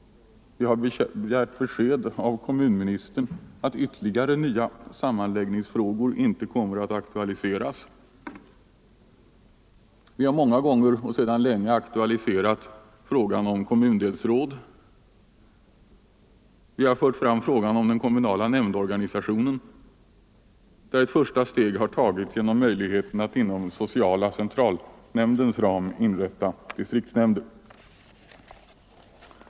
Vi har begärt besked av kommunministern om att ytterligare nya sammanläggningsfrågor inte kommer att aktualiseras. Vi har många gånger — sedan ganska länge — tagit upp frågan om kommundelsråd. Vi har fört fram frågan om den kommunala nämndorganisationen, där ett första steg har tagits genom möjligheten att inom sociala centralnämndens ram inrätta distriktsnämnder.